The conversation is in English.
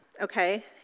okay